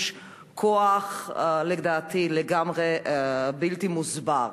ולשימוש בכוח שלדעתי הוא לגמרי בלתי מוסבר.